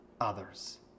others